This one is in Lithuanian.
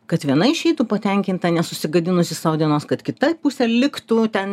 kad viena išeitų patenkinta nesusigadinusi sau dienos kad kita pusė liktų ten